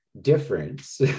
difference